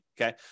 okay